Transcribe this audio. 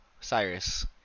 Cyrus